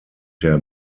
der